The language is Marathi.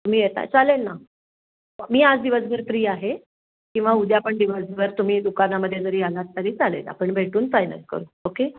तुम्ही येत आहे चालेल ना मी आज दिवसभर फ्री आहे किंवा उद्या पण दिवसभर तुम्ही दुकानामध्ये जरी आलात तरी चालेल आपण भेटून फायनल करू ओके